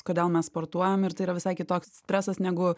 kodėl mes sportuojam ir tai yra visai kitoks stresas negu